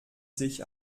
sich